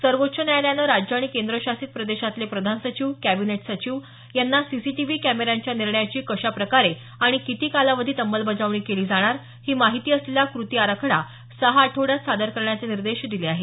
सर्वोच्च न्यायालायानं राज्य आणि केंद्रशासित प्रदेशातले प्रधान सचिव कॅबिनेट सचिव यांना सीसीटीव्ही कॅमेऱ्यांच्या निर्णयाची कशाप्रकारे आणि किती कालावधीत अंमलबजावणी केली जाणार ही माहिती असलेला कृती आराखडा सहा आठवड्यात सादर करण्याचे निर्देश दिले आहेत